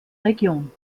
region